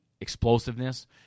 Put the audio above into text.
explosiveness